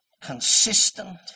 consistent